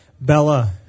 Bella